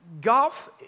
golf